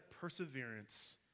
perseverance